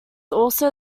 also